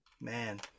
Man